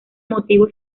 motivos